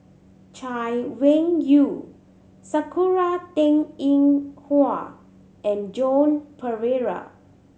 Chay Weng Yew Sakura Teng Ying Hua and Joan Pereira